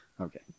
Okay